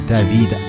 David